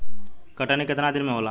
कटनी केतना दिन में होला?